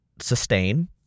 sustain